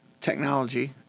technology